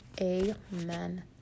Amen